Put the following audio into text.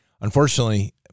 Unfortunately